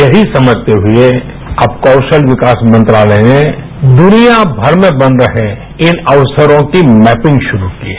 यहीं समझते हुए अब कौराल विकास मंत्रालय ने दुनिया भर में बन रहे इन अक्सरों की मैपिंग शुरू की है